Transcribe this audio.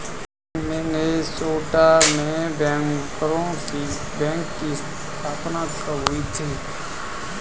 Minnesota में बैंकरों के बैंक की स्थापना कब हुई थी?